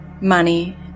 Money